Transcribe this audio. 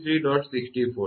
64 છે આ ખરેખર kV છે